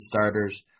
starters